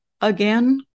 again